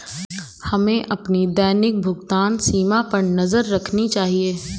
हमें अपनी दैनिक भुगतान सीमा पर नज़र रखनी चाहिए